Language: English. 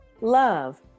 love